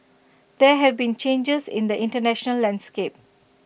there have been changes in the International landscape